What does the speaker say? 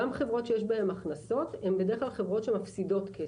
גם חברות שיש בהן הכנסות הן בדרך כלל חברות שמפסידות כסף.